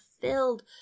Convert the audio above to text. filled